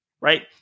right